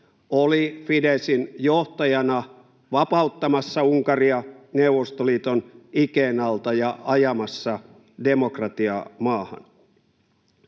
oli Fideszin johtajana vapauttamassa Unkaria Neuvostoliiton ikeen alta ja ajamassa demokratiaa maahan.